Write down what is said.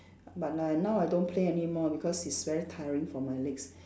but like now I don't play anymore because it's very tiring for my legs